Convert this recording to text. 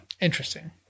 Interesting